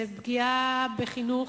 זה פגיעה בחינוך,